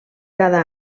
cada